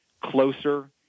closer